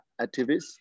activists